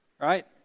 right